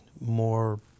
more